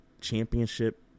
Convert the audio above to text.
championship